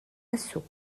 assaut